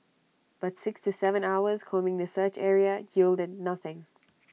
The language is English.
but six to Seven hours combing the search area yielded nothing